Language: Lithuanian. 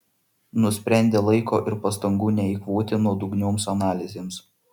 nusprendė laiko ir pastangų neeikvoti nuodugnioms analizėms